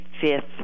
fifth